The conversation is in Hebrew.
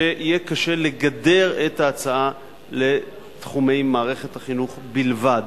שיהיה קשה לגדר את ההצעה לתחומי מערכת החינוך בלבד.